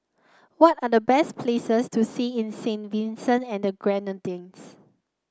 what are the best places to see in Saint Vincent and the Grenadines